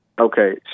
Okay